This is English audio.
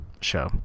show